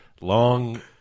long